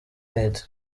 net